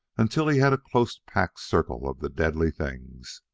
until he had a close-packed circle of the deadly things.